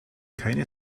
keine